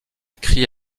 crie